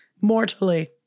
Mortally